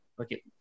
Okay